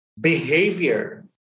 behavior